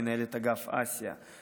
מנהלת אגף אסיה.